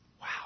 Wow